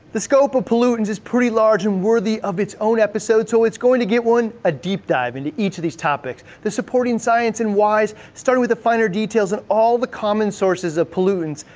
the scope of pollutants is pretty large and worthy of its own episode so it's going to get one, a deep dive into each of these topics, the supporting science and why's starting with the finer details of and all the common sources of pollutants.